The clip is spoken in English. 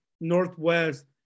Northwest